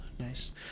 Nice